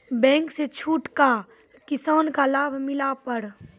Bank से छूट का किसान का लाभ मिला पर?